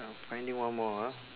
I'm finding one more ah